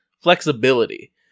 flexibility